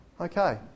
Okay